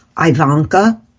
Ivanka